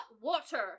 water